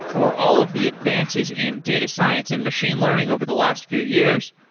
for all of the advances in data science and machine learning over the last few years,